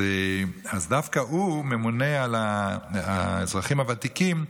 דווקא הוא ממונה על האזרחים הוותיקים.